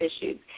issues